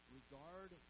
regard